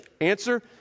Answer